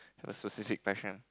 have a specific passion